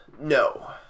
No